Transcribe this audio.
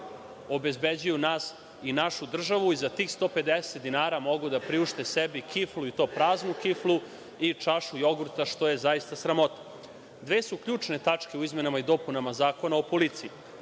obezbeđuju nas i našu državu i za tih 150 dinara mogu da priušte sebi kiflu, i to praznu kiflu, i čašu jogurta, što je zaista sramota. Dve su ključne tačke u izmenama i dopunama Zakona o policiji.